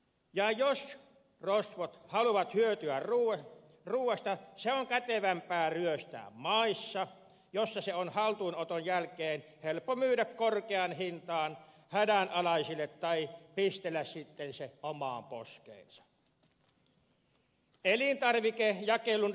ja jos rosvot haluavat hyötyä ruuasta se on kätevämpää ryöstää maissa jossa se on haltuunoton jälkeen helppo myydä korkeaan hintaan hädänalaisille tai pistellä sitten se omaan poskeensa